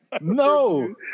No